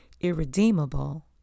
irredeemable